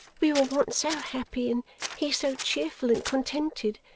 we were once so happy and he so cheerful and contented!